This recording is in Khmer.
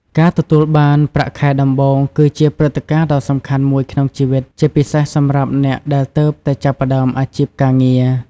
ការទទួលបាន ប្រាក់ខែដំបូង គឺជាព្រឹត្តិការណ៍ដ៏សំខាន់មួយក្នុងជីវិត ជាពិសេសសម្រាប់អ្នកដែលទើបតែចាប់ផ្ដើមអាជីពការងារ។